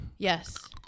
Yes